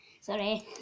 Sorry